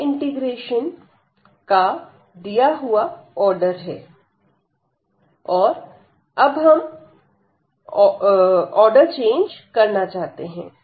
यह इंटीग्रेशन का दिया हुआ आर्डर है और अब हम ऑर्डर चेंज करना चाहते हैं